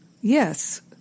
Yes